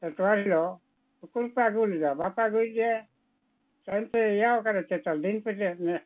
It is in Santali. ᱟᱴᱷᱣᱟᱨ ᱦᱤᱞᱳᱜ ᱩᱠᱩᱨᱯᱮ ᱟᱹᱜᱩ ᱞᱮᱫᱟ ᱵᱟᱯᱮ ᱟᱜᱩᱭᱮᱫ ᱡᱮ ᱫᱤᱱᱯᱮ ᱤᱭᱟᱹᱣ ᱠᱟᱫᱟ ᱥᱮ ᱫᱤᱱ ᱯᱮ ᱤᱧᱟᱹᱜ